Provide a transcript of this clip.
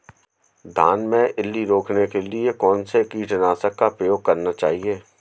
धान में इल्ली रोकने के लिए कौनसे कीटनाशक का प्रयोग करना चाहिए?